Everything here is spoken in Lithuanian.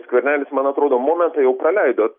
skvernelis man atrodo momentą jau praleido